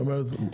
זאת אומרת,